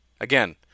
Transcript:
Again